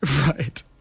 Right